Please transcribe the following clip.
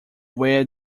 where